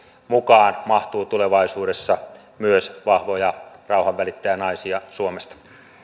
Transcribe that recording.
mukaan mahtuu tulevaisuudessa myös vahvoja rauhanvälittäjänaisia suomesta